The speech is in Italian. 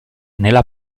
nella